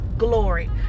glory